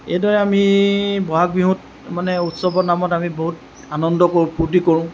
এইদৰে আমি বহাগ বিহুত মানে উৎসৱৰ নামত আমি বহুত আনন্দ ফূৰ্ত্তি কৰোঁ